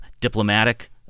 diplomatic